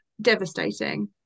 devastating